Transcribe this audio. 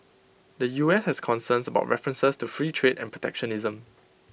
the U S has concerns about references to free trade and protectionism